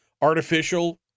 artificial